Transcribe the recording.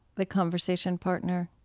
the conversation partner,